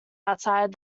outside